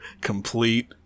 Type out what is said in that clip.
complete